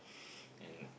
and